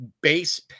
base